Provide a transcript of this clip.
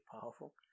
powerful